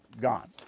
Gone